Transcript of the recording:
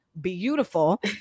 beautiful